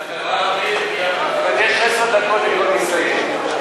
חבר הכנסת אורי מקלב, הסתייגות.